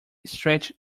stretched